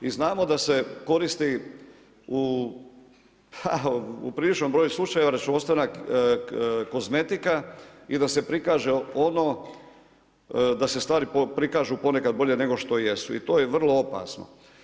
Mi znamo da se koristi u priličnom broju slučajeva, računovodstvena kozmetika i da se prikaže ono, da se stvari prikažu ponekad bolje nego što jesu i to je vrlo opasno.